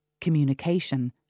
communication